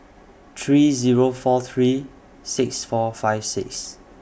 three Zero four three six four five six